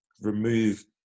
remove